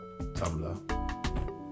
Tumblr